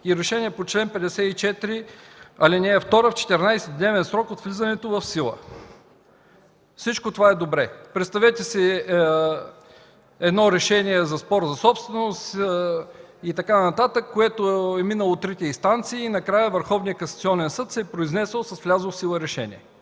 и решение по чл. 54, ал. 2 в 14-дневен срок от влизането в сила”. Всичко това е добре. Представете си едно решение за спор за собственост, което е минало трите инстанции и накрая Върховния касационен съд се е произнесъл с влязло в сила решение.